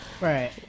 Right